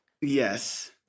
Yes